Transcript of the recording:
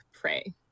prey